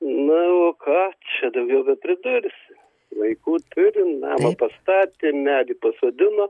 nu ką čia daugiau bepridursi vaikų turimnamą pastatė medį pasodino